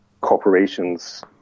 corporations